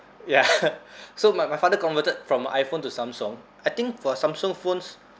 ya so my my father converted from iphone to samsung I think for samsung phones